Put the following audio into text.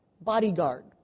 bodyguard